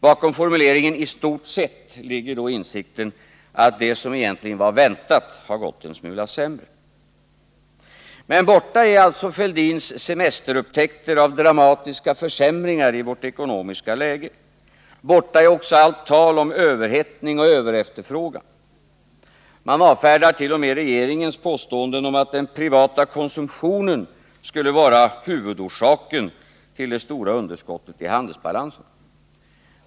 Bakom formuleringen ”i stort sett” ligger insikten att det — vilket egentligen var väntat — har gått en smula sämre. Men borta är alltså herr Fälldins semesterupptäckter av dramatiska försämringar av vårt ekonomiska läge. Borta är också allt tal om överhettning och överefterfrågan. Man avfärdar t.o.m. regeringens påståenden om att den privata konsumtionen skulle vara huvudorsaken till det stora underskottet i handelsbalansen.